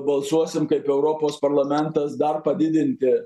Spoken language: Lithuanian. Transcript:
balsuosim kaip europos parlamentas dar padidinti